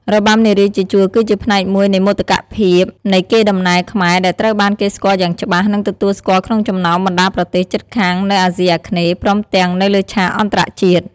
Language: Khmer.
របាំនារីជាជួរគឺជាផ្នែកមួយនៃមោទកភាពនៃកេរដំណែលខ្មែរ ដែលត្រូវបានគេស្គាល់យ៉ាងច្បាស់ និងទទួលស្គាល់ក្នុងចំណោមបណ្ដាប្រទេសជិតខាងនៅអាស៊ីអាគ្នេយ៍ ព្រមទាំងនៅលើឆាកអន្តរជាតិ។